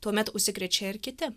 tuomet užsikrečia ir kiti